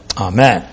Amen